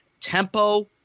tempo